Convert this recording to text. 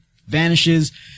vanishes